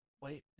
wait